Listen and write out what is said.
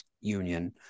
union